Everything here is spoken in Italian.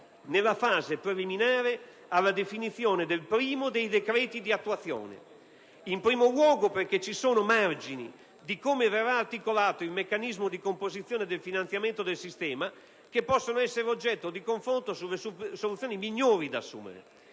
nella fase preliminare alla definizione del primo dei decreti di attuazione: in primo luogo, perché vi sono margini di come sarà articolato il meccanismo di composizione del finanziamento del sistema che possono essere oggetto di confronto sulle soluzioni migliori da assumere;